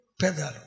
pedal